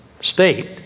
state